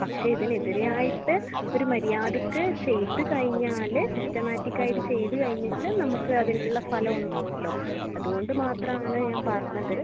പക്ഷെ ഇതിന് എതിരായിട്ട് ഒരു മര്യാദക്ക് ചെയ്ത് കഴിഞ്ഞാൽ സിസ്റ്റമാറ്റിക്കായിട്ട് ചെയ്ത് കഴിഞ്ഞാൽ നമ്മൾക്ക് അതിനുള്ള ഫലം ഉണ്ടാവുമല്ലോ അതുകൊണ്ട് മാത്രം ആണ് ഞാൻ പറഞ്ഞത്